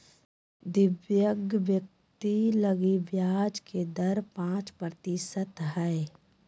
दिव्यांग व्यक्ति लगी ब्याज के दर पांच प्रतिशत हइ